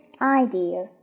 idea